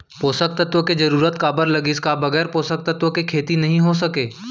पोसक तत्व के जरूरत काबर लगिस, का बगैर पोसक तत्व के खेती नही हो सके?